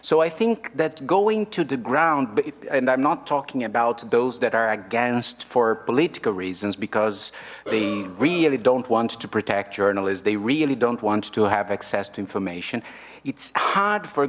so i think that going to the ground and i'm not talking about those that are against for political reasons because they really don't want to protect journalists they really don't want to have access to information it's hard for